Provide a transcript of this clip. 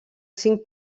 cinc